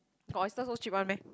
got oyster so cheap one meh